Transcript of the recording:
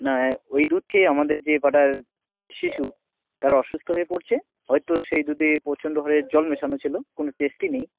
না ওই দুধ খেয়েই আমাদের যে পাড়ার শিশু তারা অসুস্থ হয়ে পড়ছে হয়তো সেই দুধে প্রচণ্ডভাবে জল মেশানো ছিল কোনো টেস্টই নেই